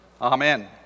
amen